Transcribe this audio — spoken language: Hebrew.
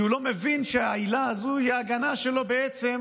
כי הוא לא מבין שהעילה הזו היא ההגנה שלו בעצם